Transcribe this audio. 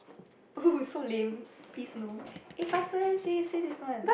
so lame please no eh faster eh say say this one